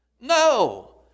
No